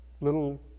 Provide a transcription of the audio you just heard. little